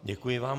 Děkuji vám.